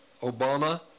Obama